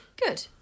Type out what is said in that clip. Good